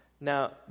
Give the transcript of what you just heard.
now